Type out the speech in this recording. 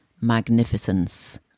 magnificence